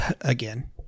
again